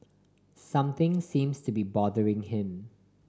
something seems to be bothering him